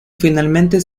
finalmente